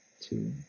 two